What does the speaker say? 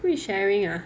who is sharing ah